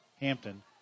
Hampton